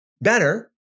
better